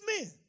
men